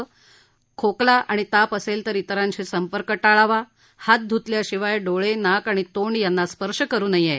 जर तुम्हाला खोकला आणि ताप असेल तर त्रिरांशी संपर्क टाळावा हात धुतल्या शिवाय डोळे नाक आणि तोंड यांना स्पर्श करु नये